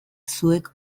zuek